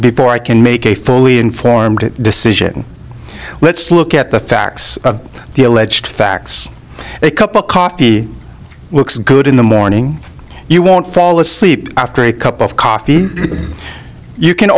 before i can make a fully informed decision let's look at the facts of the alleged facts a cup of coffee looks good in the morning you won't fall asleep after a cup of coffee you can